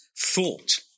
thought